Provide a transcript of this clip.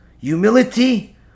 humility